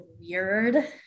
weird